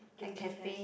j_b has